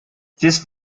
this